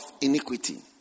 iniquity